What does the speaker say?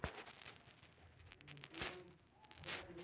हम ATM card खो जाने की शिकायत कहाँ दर्ज कर सकते हैं?